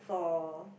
for